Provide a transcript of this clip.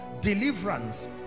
Deliverance